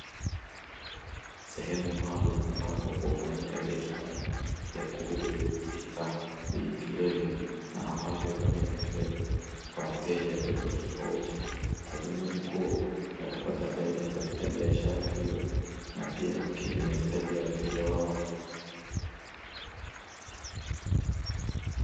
Sehemu maalumu ambapo hufanyika biashara ya kuuza vimiminika, vyenye kilevi na ambavyo havina kilevi kwa wateja tofauti tofauti kwa dhumuni kuu la kupata faida katika biashara hiyo na pia kukidhi mahitaji ya wateja wao .